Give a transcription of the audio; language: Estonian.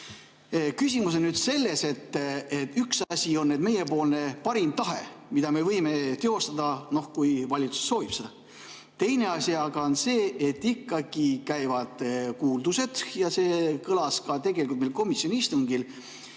küsimus on selles. Üks asi on meie parim tahe, mida me võime teostada, kui valitsus soovib seda. Teine asi aga on see, et ikkagi käivad kuuldused – see kõlas tegelikult ka meil komisjoni istungil